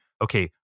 okay